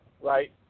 Right